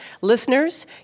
Listeners